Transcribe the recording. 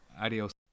Adios